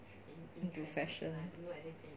into fashion